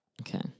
Okay